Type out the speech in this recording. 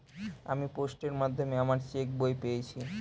আমি পোস্টের মাধ্যমে আমার চেক বই পেয়েছি